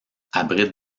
abrite